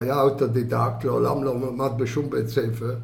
‫היה אוטודידקט, מעולם לא למד בשום בית ספר